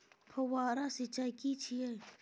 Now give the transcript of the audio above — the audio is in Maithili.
फव्वारा सिंचाई की छिये?